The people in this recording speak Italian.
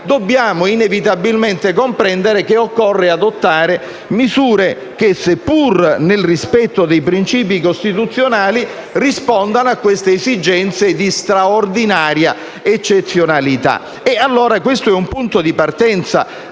dobbiamo inevitabilmente comprendere che occorre adottare misure che, seppure nel rispetto dei principi costituzionali, rispondano a queste esigenze di straordinaria eccezionalità. Questo è un punto di partenza